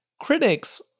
Critics